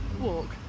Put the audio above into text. walk